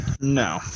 No